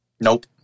Nope